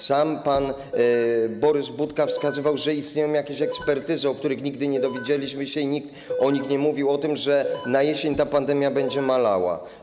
Sam pan Borys Budka wskazywał, że istnieją jakieś ekspertyzy, o których nigdy nie dowiedzieliśmy się i o których nikt nie mówił, że na jesień ta pandemia będzie malała.